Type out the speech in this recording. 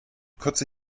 kurze